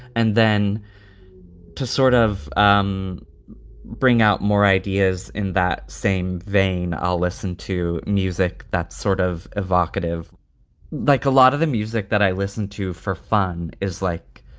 and then to sort of um bring out more ideas in that same vein, i'll listen to music that's sort of evocative like a lot of the music that i listen to for fun is like